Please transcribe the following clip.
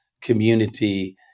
community